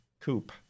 coupe